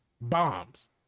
bombs